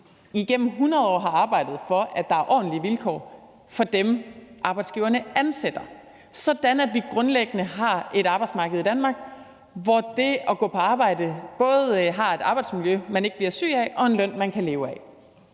igennem 100 år har arbejdet for, at der er ordentlige vilkår for dem, arbejdsgiverne ansætter, sådan at vi grundlæggende har et arbejdsmarked i Danmark, hvor det at gå på arbejde indebærer, at man både har et arbejdsmiljø, man ikke bliver syg af, og en løn, man kan leve af.